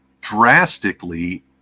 drastically